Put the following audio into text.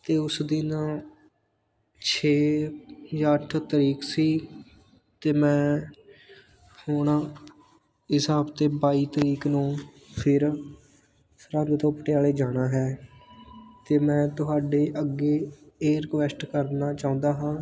ਅਤੇ ਉਸ ਦਿਨ ਛੇ ਜਾਂ ਅੱਠ ਤਰੀਕ ਸੀ ਅਤੇ ਮੈਂ ਹੁਣ ਇਸ ਹਫਤੇ ਬਾਈ ਤਰੀਕ ਨੂੰ ਫਿਰ ਸਰਹਿੰਦ ਤੋਂ ਪਟਿਆਲੇ ਜਾਣਾ ਹੈ ਅਤੇ ਮੈਂ ਤੁਹਾਡੇ ਅੱਗੇ ਇਹ ਰਿਕੁੈਸਟ ਕਰਨਾ ਚਾਹੁੰਦਾ ਹਾਂ